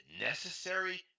necessary